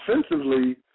offensively